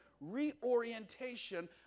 reorientation